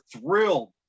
thrilled